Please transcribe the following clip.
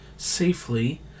Safely